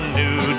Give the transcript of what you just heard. new